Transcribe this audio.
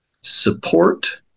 Support